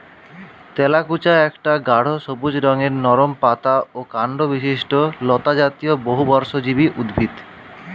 তেলাকুচা একটা গাঢ় সবুজ রঙের নরম পাতা ও কাণ্ডবিশিষ্ট লতাজাতীয় বহুবর্ষজীবী উদ্ভিদ